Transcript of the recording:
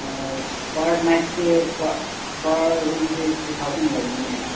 ꯑꯣ ꯄꯔ ꯅꯥꯏꯠꯁꯦ ꯄꯔ ꯔꯨꯝꯁꯦ ꯇꯨ ꯊꯥꯎꯖꯟ ꯂꯩꯒꯅꯤ ꯃꯦꯗꯥꯝ